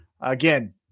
Again